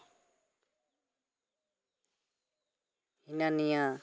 ᱦᱤᱱᱟᱹ ᱱᱤᱭᱟᱹ